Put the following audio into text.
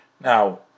Now